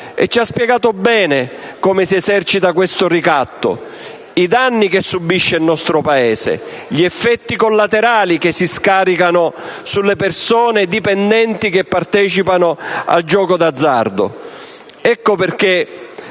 che ci ha spiegato bene come si esercita questo ricatto, i danni che subisce il nostro Paese, gli effetti collaterali che si scaricano sulle persone dipendenti che partecipano al gioco d'azzardo. Ecco perché